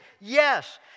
Yes